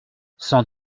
sans